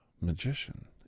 magician